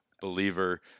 believer